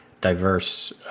diverse